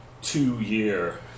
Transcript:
two-year